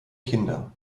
kinder